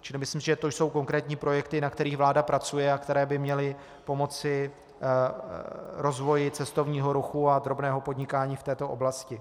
Čili myslím si, že to jsou konkrétní projekty, na kterých vláda pracuje a které by měly pomoci rozvoji cestovního ruchu a drobného podnikání v této oblasti.